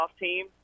team